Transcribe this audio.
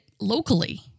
locally